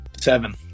Seven